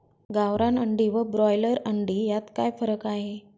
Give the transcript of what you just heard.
गावरान अंडी व ब्रॉयलर अंडी यात काय फरक आहे?